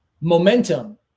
momentum